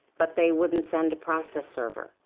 but they wouldn't send a process server.